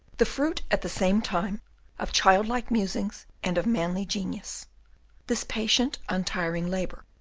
the fruit at the same time of child-like musings and of manly genius this patient untiring labour,